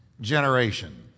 generation